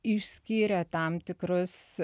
išskyrė tam tikrus